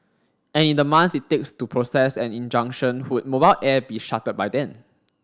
and in the months it takes to process an injunction would Mobile Air be shuttered by then